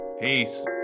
Peace